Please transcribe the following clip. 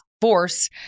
force